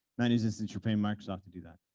managed instance, you're paying microsoft to do that.